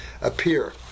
appear